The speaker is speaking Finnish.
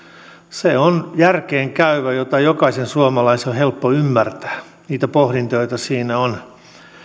se on järkeenkäyvä jokaisen suomalaisen on helppo ymmärtää niitä pohdintoja joita siinä on